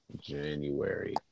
January